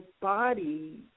body